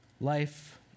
life